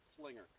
slinger